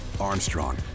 Armstrong